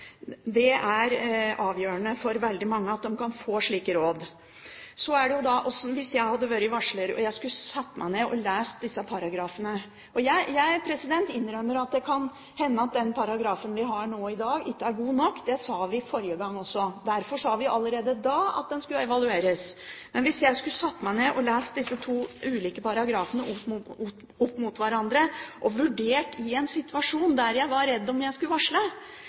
det kan hende at den paragrafen vi har nå i dag, ikke er god nok – det sa vi forrige gang også. Derfor sa vi allerede da at den skulle evalueres. Men hvis jeg skulle satt meg ned og lest disse to ulike paragrafene og hadde satt dem opp mot hverandre og vurdert dem i en situasjon der jeg var redd hvis jeg skulle varsle,